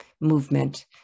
movement